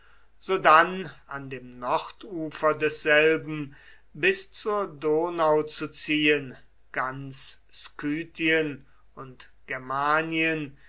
sodann an dem nordufer desselben bis zur donau zu ziehen ganz skythien und germanien